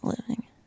living